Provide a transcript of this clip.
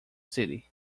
city